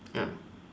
no